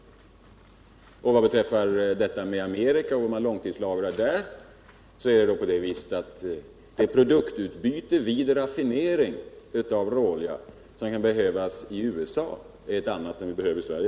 Svante Lundkvist talar om hur man långtidslagrar olja i USA. Det är på det sättet att det produktutbyte vid raffinering av råolja som kan behövas i USA är ett annat än det vi behöver i Sverige.